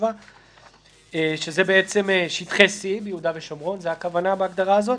שהוא מעביר את זכויות בר-הרשות הנדרשות